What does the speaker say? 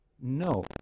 No